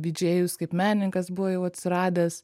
didžėjus kaip menininkas buvo jau atsiradęs